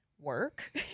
work